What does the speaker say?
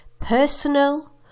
personal